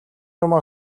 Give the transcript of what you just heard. юмаа